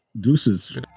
deuces